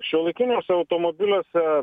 šiuolaikiniuose automobiliuose